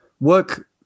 work